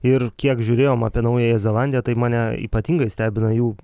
ir kiek žiūrėjom apie naująją zelandiją tai mane ypatingai stebina jų